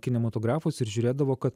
kinematografus ir žiūrėdavo kad